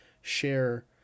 share